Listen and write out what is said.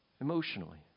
emotionally